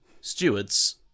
Stewards